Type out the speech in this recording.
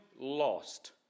lost